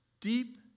deep